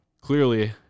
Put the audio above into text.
clearly